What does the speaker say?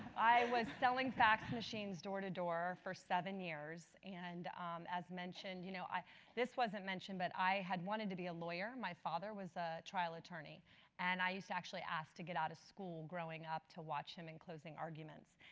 i was selling fax machines door to door for seven years. and as mentioned, you know this wasn't mentioned, but i had wanted to be a lawyer. my father was a trial attorney and i used to actually ask to get out of school growing up to watch him in closing arguments,